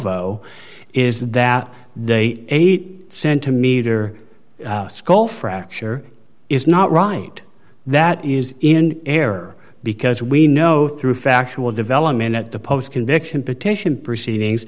o is that they ate centimeter skull fracture is not right that is in error because we know through factual development at the post conviction petition proceedings